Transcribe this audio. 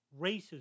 racism